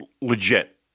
Legit